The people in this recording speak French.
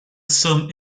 somme